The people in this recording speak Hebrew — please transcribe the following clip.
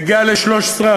והיא מגיעה ל-13%.